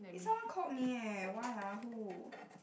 eh someone called me eh why ah who